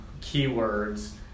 keywords